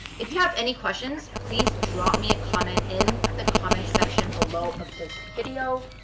if you have any questions, please drop me a comment in the comment section below of this video.